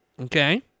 okay